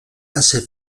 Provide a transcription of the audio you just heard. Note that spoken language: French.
assez